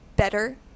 better